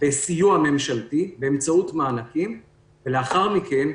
בסיוע ממשלתי באמצעות מענקים ולאחר מכן,